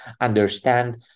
understand